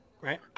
right